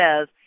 says